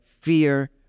fear